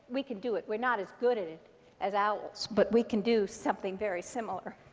we can do it. we're not as good at it as owls. but we can do something very similar.